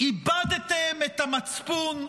איבדתם את המצפון.